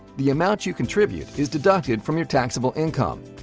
the amount you contribute is deducted from your taxable income.